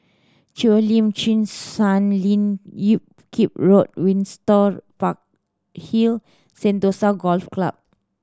Cheo Lim Chin Sun Lian Hup Keng Temple Windsor Park Hill Sentosa Golf Club